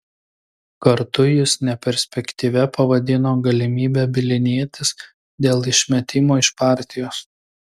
kartu jis neperspektyvia pavadino galimybę bylinėtis dėl išmetimo iš partijos